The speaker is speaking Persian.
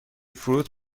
فروت